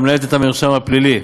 המנהלת את המרשם הפלילי.